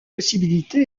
possibilité